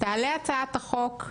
תעלה הצעת החוק,